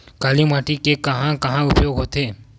काली माटी के कहां कहा उपयोग होथे?